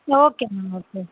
okay ma'am okay